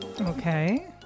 Okay